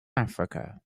africa